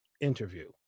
interview